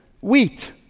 wheat